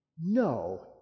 No